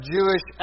Jewish